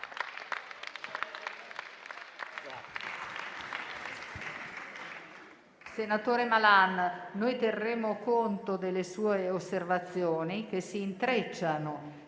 Senatore Malan, terremo conto delle sue osservazioni che si intrecciano